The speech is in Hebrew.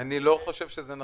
אני לא חושב שזה נכון.